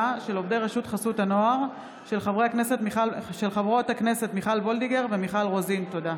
של חברי הכנסת מיכל וולדיגר ומיכל רוזין בנושא: